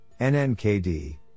NNKD